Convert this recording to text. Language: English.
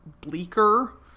bleaker